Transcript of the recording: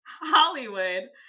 Hollywood